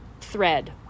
thread